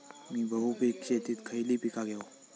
मी बहुपिक शेतीत खयली पीका घेव?